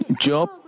Job